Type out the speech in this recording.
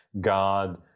God